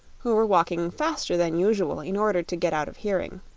who were walking faster than usual in order to get out of hearing.